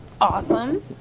awesome